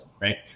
right